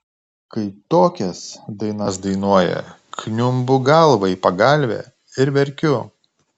kai tokias dainas dainuoja kniumbu galva į pagalvę ir verkiu